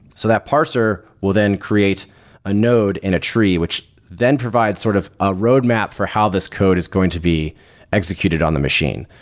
so that parser will then create a node in a tree which then provides sort of a roadmap for how this code is going to be executed on the machine.